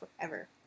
forever